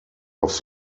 off